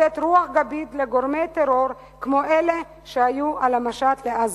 לתת רוח גבית לגורמי טרור כמו אלה שהיו על המשט בעזה.